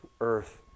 earth